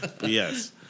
yes